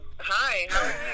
hi